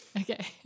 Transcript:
okay